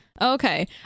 Okay